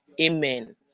amen